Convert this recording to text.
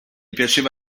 piaceva